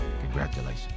congratulations